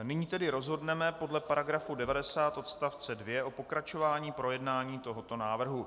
Nyní tedy rozhodneme podle § 90 odst. 2 o pokračování projednání tohoto návrhu.